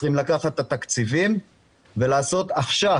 צריכים לקחת את התקציבים ולעשות עכשיו,